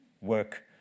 work